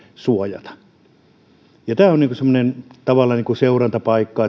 suojata tämä on tavallaan semmoinen seurantapaikka